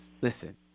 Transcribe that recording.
Listen